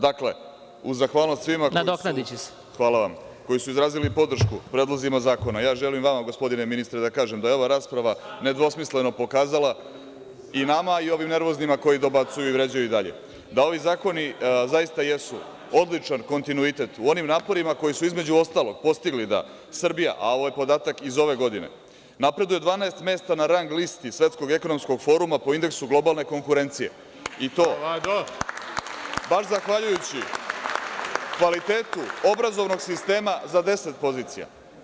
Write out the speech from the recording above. Dakle, u zahvalnost svima koji su izrazili podršku predlozima zakona, ja želim vama, gospodine ministre, da kažem da je ova rasprava ne dvosmisleno pokazala i nama i ovim nervoznima koji dobacuju i vređaju dalje da ovi zakoni zaista jesu odličan kontinuitet u onim naporima koji su između ostalog postigli da Srbija, a ovo je podatak iz ove godine, napreduje 12 mesta na rang listi Svetskog ekonomskog foruma po indeksu globalne konkurencije, i to baš zahvaljujući kvalitetu obrazovnog sistema za 10 pozicija.